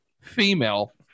female